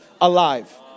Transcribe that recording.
alive